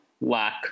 lack